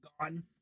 gone